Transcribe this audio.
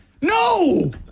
No